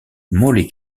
molly